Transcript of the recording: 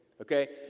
Okay